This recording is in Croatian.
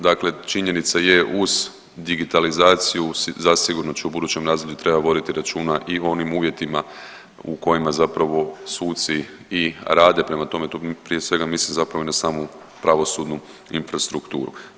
Dakle činjenica je uz digitalizaciju zasigurno će u budućem razdoblju trebat voditi računa i o onim uvjetima u kojima zapravo suci i rade, prema tome tu prije svega mislim zapravo i na samu pravosudnu infrastrukturu.